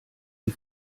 die